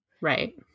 Right